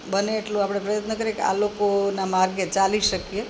બને એટલો આપણે પ્રયત્ન કરીએ કે આ લોકોના માર્ગે ચાલી શકીએ